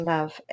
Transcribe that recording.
Love